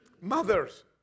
Mothers